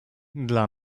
dla